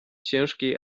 ciężkiej